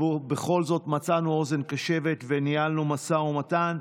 ובכל זאת מצאנו אוזן קשבת וניהלנו משא ומתן.